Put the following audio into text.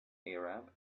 arab